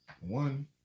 One